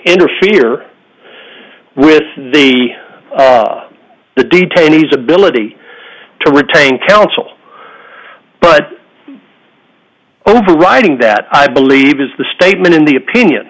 interfere with the of the detainees ability to retain counsel but overriding that i believe is the statement in the opinion